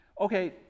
Okay